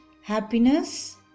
happiness